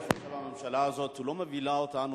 אני חושב שהממשלה הזאת לא מובילה אותנו